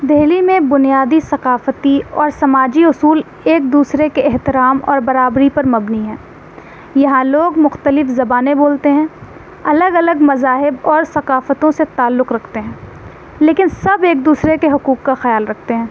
دلی میں بنیادی ثقافتی اور سماجی اصول ایک دوسرے کے احترام اور برابری پر مبنی ہیں یہاں لوگ مختلف زبانیں بولتے ہیں الگ الگ مذاہب اور ثقافتوں سے تعلق رکھتے ہیں لیکن سب ایک دوسرے کے حقوق کا خیال رکھتے ہیں